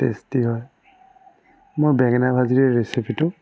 tasty হয় মই বেঙেনা ভাজিৰ এই ৰেচিপিটো